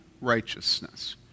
righteousness